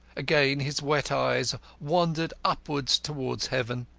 again his wet eyes wandered upwards towards heaven,